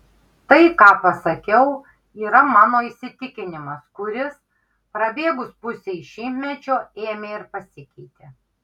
tai ką pasakiau yra mano įsitikinimas kuris prabėgus pusei šimtmečio ėmė ir pasikeitė